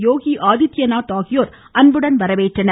யோகி ஆதித்யநாத் ஆகியோர் அன்புடன் வரவேற்றனர்